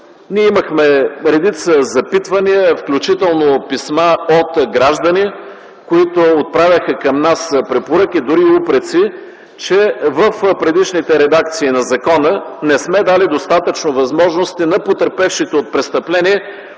Ние имахме редица запитвания, включително писма от граждани, които отправяха към нас препоръки, дори упреци, че в предишните редакции на закона не сме дали достатъчно възможности на потърпевшите от престъпления